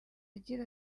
agira